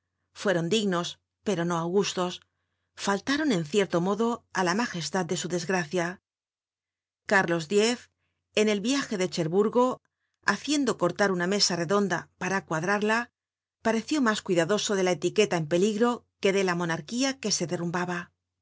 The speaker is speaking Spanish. fueron dignos pero no augustos faltaron en cierto modo á la magestad de su desgracia cárlos x en el viaje de cherburgo haciendo cortar una mesa redonda para cuadrarla pareció mas cuidadoso de la etiqueta en peligro que de la monarquía que se derrumbaba